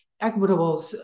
equitable